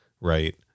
right